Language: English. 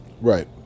Right